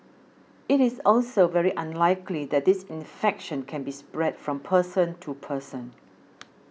it is also very unlikely that this infection can be spread from person to person